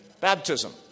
baptism